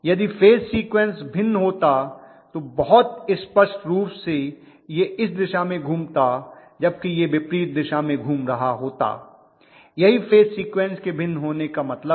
यदि phase sequence भिन्न होता तो बहुत स्पष्ट रूप से यह इस दिशा में घूमता जबकि यह विपरीत दिशा में घूम रहा होता यही फेज सीक्वेंस के भिन्न होने का मतलब है